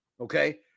okay